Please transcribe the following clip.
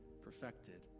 perfected